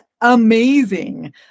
amazing